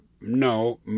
no